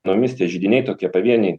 tomis tie židiniai tokie pavieniai